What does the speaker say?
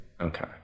Okay